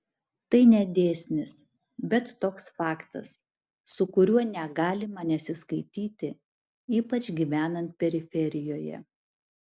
tai ne dėsnis bet toks faktas su kuriuo negalima nesiskaityti ypač gyvenant periferijoje